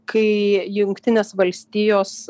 kai jungtinės valstijos